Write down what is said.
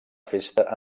festa